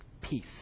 Peace